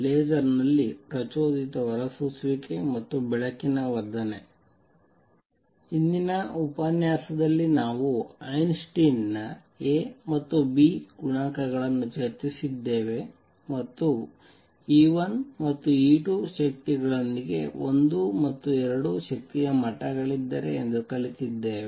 laser ನಲ್ಲಿ ಪ್ರಚೋದಿತ ಹೊರಸೂಸುವಿಕೆ ಮತ್ತು ಬೆಳಕಿನ ವರ್ಧನೆ ಹಿಂದಿನ ಉಪನ್ಯಾಸದಲ್ಲಿ ನಾವು ಐನ್ಸ್ಟೈನ್ ನ A ಮತ್ತು B ಗುಣಾಂಕಗಳನ್ನು ಚರ್ಚಿಸಿದ್ದೇವೆ ಮತ್ತು E1 ಮತ್ತು E2 ಶಕ್ತಿಗಳೊಂದಿಗೆ 1 ಮತ್ತು 2 ಎರಡು ಶಕ್ತಿಯ ಮಟ್ಟಗಳಿದ್ದರೆ ಕಲಿತಿದ್ದೇವೆ